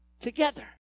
together